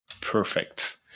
Perfect